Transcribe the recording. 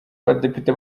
abadepite